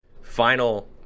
Final